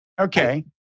Okay